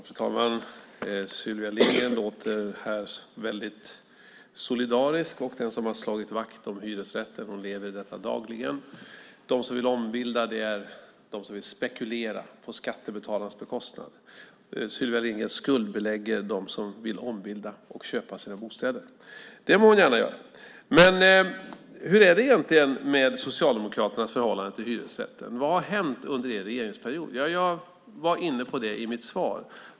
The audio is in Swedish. Fru talman! Sylvia Lindgren låter väldigt solidarisk och som den som har slagit vakt om hyresrätten. Hon lever i detta dagligen. De som vill ombilda är de som vill spekulera på skattebetalarnas bekostnad. Sylvia Lindgren skuldbelägger dem som vill ombilda och köpa sina bostäder. Det må hon gärna göra. Men hur är det egentligen med Socialdemokraternas förhållande till hyresrätten? Vad har hänt under er regeringsperiod? Jag var inne på detta i mitt svar.